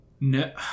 No